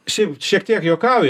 šiaip šiek tiek juokauju